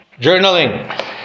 Journaling